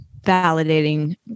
Validating